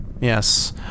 Yes